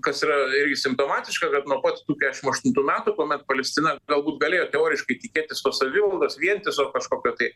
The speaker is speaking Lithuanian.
kas yra ir simptomatiška kad nuo pat tų kesšim aštuntų metų kuomet palestina galbūt galėjo teoriškai tikėtis savivaldos vientiso kažkokio tai